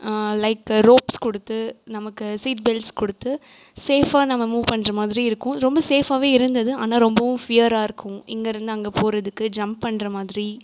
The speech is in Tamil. லைக்கு ரோப்ஸ் கொடுத்து நமக்கு சீட் பெல்ட்ஸ் கொடுத்து சேஃபாக நம்ம மூவ் பண்ணுற மாதிரி இருக்கும் ரொம்ப சேஃபாகவே இருந்தது ஆனால் ரொம்பவும் ஃபியராக இருக்கும் இங்கிருந்து அங்கே போகிறதுக்கு ஜம்ப் பண்ணுற மாதிரி